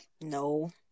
No